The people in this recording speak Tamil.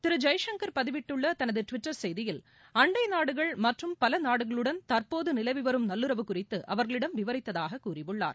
திருஜெய்சங்கர் பதிவிட்டுள்ளதனதுடுவிட்டர் செய்தியில் அண்டைநாடுகள் மற்றும் பலநாடுகளுடன் தற்போதுநிலவிவரும் நல்லுறவு குறித்துஅவர்களிடம் விவரித்ததாககூறியுள்ளார்